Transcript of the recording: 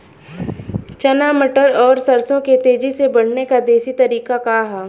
चना मटर और सरसों के तेजी से बढ़ने क देशी तरीका का ह?